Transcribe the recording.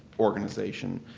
organization.